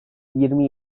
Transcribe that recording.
yirmi